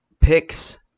picks